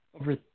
over